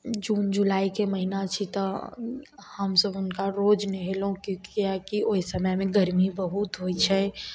जून जुलाइके महिना छी तऽ हमसभ हुनका रोज नहेलहुॅं किएकि ओहि समयमे गरमी बहुत होइ छै